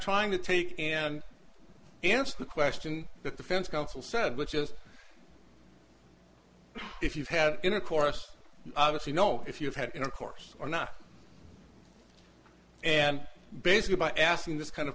trying to take and answer the question the defense counsel said which is if you've had intercourse obviously know if you've had intercourse or not and basically by asking this kind of